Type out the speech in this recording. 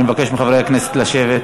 אני מבקש מחברי הכנסת לשבת.